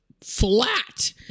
flat